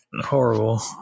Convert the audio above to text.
horrible